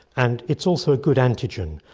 and it's also a good antigen.